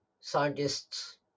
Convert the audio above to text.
scientists